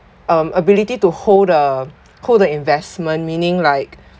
um ability to hold the hold the investment meaning like